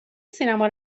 سینما